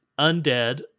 Undead